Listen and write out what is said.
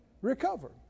recover